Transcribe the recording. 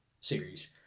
series